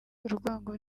urwango